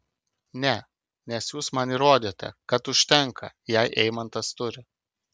ne nes jūs man įrodėte kad užtenka jei eimantas turi